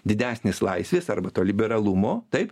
didesnės laisvės arba to liberalumo taip